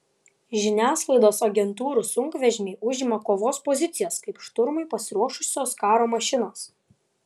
žiniasklaidos agentūrų sunkvežimiai užima kovos pozicijas kaip šturmui pasiruošusios karo mašinos